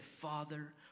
Father